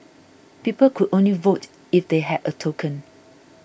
people could only vote if they had a token